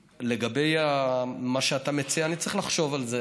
לגבי מה שאתה מציע, אני צריך לחשוב על זה.